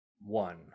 one